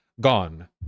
gone